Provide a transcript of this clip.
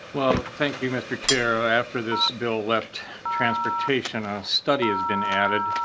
thank you mr. chair. after this bill left transportation a study has been added.